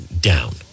down